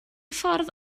ffordd